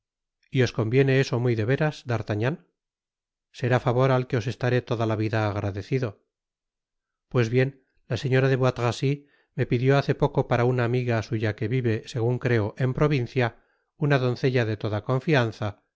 y os conviene eso muy de veras d'artagnan será favor al que os estaré toda la vida agradecido pues bien la señora de bois tracy me pidió hace poco para una amiga suya que vive segun creo en provincia una doncella de toda confianza